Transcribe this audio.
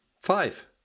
five